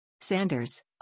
sanders